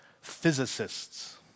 Physicists